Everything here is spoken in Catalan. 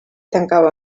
tancava